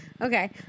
Okay